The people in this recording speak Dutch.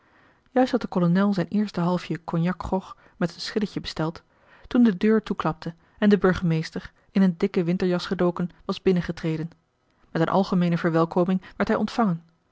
juist had de kolonel zijn eerste halfje cognac grog marcellus emants een drietal novellen met een schilletje besteld toen de deur toeklapte en de burgemeester in een dikke winterjas gedoken was binnengetreden met een algemeene verwelkoming werd hij ontvangen